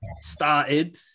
started